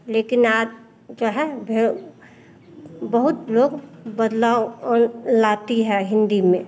लेकिन आज जो है भे बहुत लोग बदलाव लाती है हिन्दी में